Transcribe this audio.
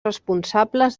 responsables